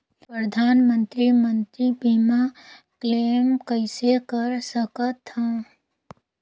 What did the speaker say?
परधानमंतरी मंतरी बीमा क्लेम कइसे कर सकथव?